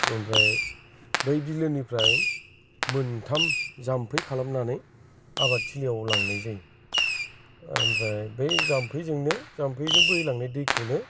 ओमफ्राय बै बिलोनिफ्राय मोनथाम जाम्फै खालामनानै आबादथिलियाव लांनाय जायो ओमफ्राय बे जाम्फैजोंनो जाम्फैजों बोहैलांनाय दैखौनो